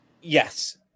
Yes